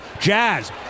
Jazz